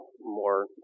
more